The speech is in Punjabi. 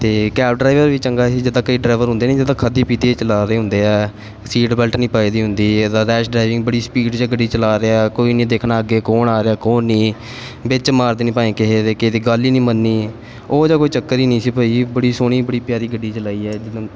ਅਤੇ ਕੈਬ ਡਰਾਈਵਰ ਵੀ ਚੰਗਾ ਸੀ ਜਿੱਦਾਂ ਕਈ ਡਰਾਈਵਰ ਹੁੰਦੇ ਨਹੀਂ ਜਿੱਦਾਂ ਖਾਧੀ ਪੀਤੀ 'ਚ ਚਲਾ ਰਹੇ ਹੁੰਦੇ ਆ ਸੀਟ ਬੈਲਟ ਨਹੀਂ ਪਾਈ ਦੀ ਹੁੰਦੀ ਰੈਸ਼ ਡਰਾਈਵਿੰਗ ਬੜੀ ਸਪੀਡ 'ਚ ਗੱਡੀ ਚਲਾ ਰਿਹਾ ਕੋਈ ਨਹੀਂ ਦੇਖਣਾ ਅੱਗੇ ਕੌਣ ਆ ਰਿਹਾ ਕੌਣ ਨਹੀਂ ਵਿੱਚ ਮਾਰ ਦੇਣੀ ਭਾਅ ਜੀ ਕਿਸੇ ਦੇ ਕਿਸੇ ਦੀ ਗੱਲ ਹੀ ਨਹੀਂ ਮੰਨਣੀ ਉਹੋ ਜਿਹਾ ਕੋਈ ਚੱਕਰ ਹੀ ਨਹੀਂ ਸੀ ਭਾਅ ਜੀ ਬੜੀ ਸੋਹਣੀ ਬੜੀ ਪਿਆਰੀ ਗੱਡੀ ਚਲਾਈ ਹੈ